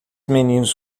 meninos